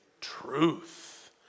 truth